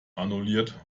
annulliert